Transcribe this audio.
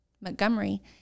Montgomery